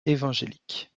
évangélique